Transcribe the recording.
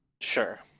Sure